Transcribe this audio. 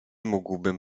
mógłbym